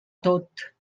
tot